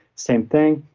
same thing.